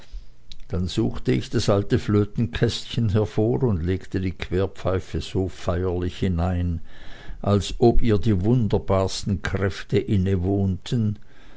dann suchte ich das alte flötenkästchen hervor und legte die querpfeife so feierlich hinein als ob ihr die wunderbarsten kräfte inwohnten